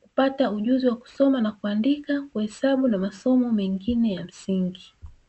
kupata ujuzi wa kusoma na kuandika, kuhesabu na masomo mengine ya msingi.